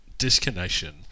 disconnection